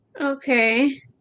okay